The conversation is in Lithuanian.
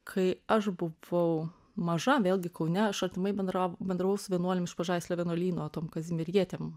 kai aš buvau maža vėlgi kaune aš artimai bendra bendrau su vienuolėm iš pažaislio vienuolyno tom kazimierietėm